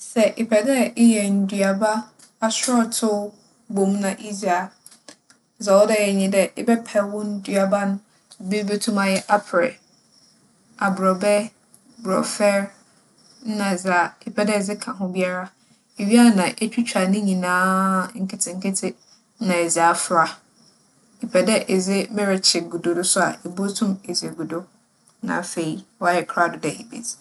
Sɛ epɛ dɛ eyɛ nduaba asorͻtow bͻ mu na idzi a, dza ͻwͻ dɛ eyɛ nye dɛ ebɛpɛ wo nduaba no. Bi botum ayɛ aprɛ, aborͻbɛ, borͻfer nna dza epɛ dɛ edze ka ho biara. Iwie a na etwitwa ne nyina nketsenketse na edze afora. Epɛ dɛ edze merekye gu do so a ibotum edze egu do. Na afei, ͻayɛ krado dɛ ibedzi.